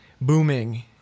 booming